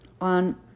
on